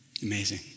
Amazing